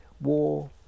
war